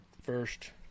first